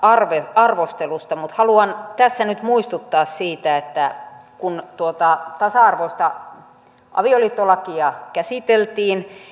arvostelusta mutta haluan tässä nyt muistuttaa siitä että kun tuota tasa arvoista avioliittolakia käsiteltiin